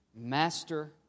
Master